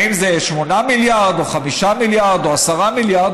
האם זה 8 מיליארד, או 5 מיליארד, או 10 מיליארד?